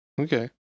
Okay